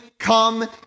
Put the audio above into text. Come